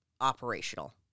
operational